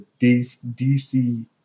DC